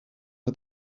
for